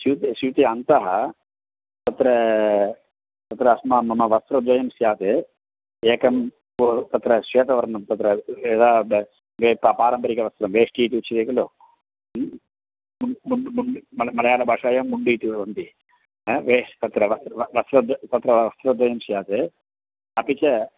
स्यूते स्यूते अन्तः तत्र तत्र अस्मा मम वस्त्रद्वयं स्यात् एकं भो तत्र श्वेतवर्णं तत्र यदा बस् वे पा पारम्परिकवस्त्रं वेष्टि इति उच्यते खलु मुण् मुण्ड् मुण्ड् मल् मलयाळभाषायां मुण्डि इति वदन्ति हा वेश् तत्र व व वस्त्रद्वयं तत्र वस्त्रद्वयं स्यात् अपि च